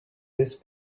his